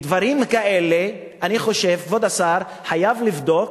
אני חושב שדברים כאלה כבוד השר חייב לבדוק,